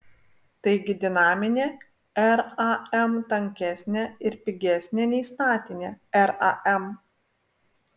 taigi dinaminė ram tankesnė ir pigesnė nei statinė ram